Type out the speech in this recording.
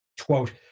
quote